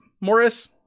Morris